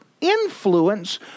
influence